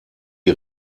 die